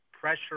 pressure